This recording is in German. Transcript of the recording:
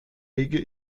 lege